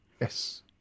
Yes